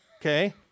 okay